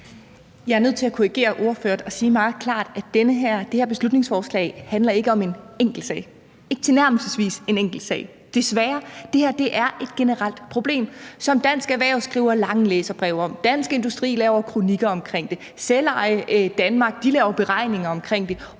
Jeg er nødt til at korrigere ordføreren og sige meget klart, at det her beslutningsforslag ikke handler om en enkeltsag, ikke tilnærmelsesvis en enkeltsag, desværre. Det her er et generelt problem, som Dansk Erhverv skriver lange læserbreve om, Dansk Industri laver kronikker omkring det, Selveje Danmark laver beregninger omkring det,